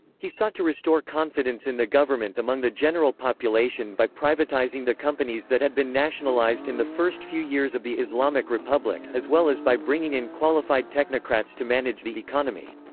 he sought to restore confidence in the government among the general population by privatizing the companies that had been nationalized in the first few years of the islamic republic, as well as by bringing in qualified technocrats to manage the economy.